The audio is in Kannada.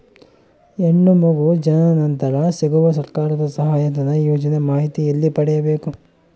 ಹೆಣ್ಣು ಮಗು ಜನನ ನಂತರ ಸಿಗುವ ಸರ್ಕಾರದ ಸಹಾಯಧನ ಯೋಜನೆ ಮಾಹಿತಿ ಎಲ್ಲಿ ಪಡೆಯಬೇಕು?